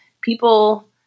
people